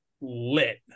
lit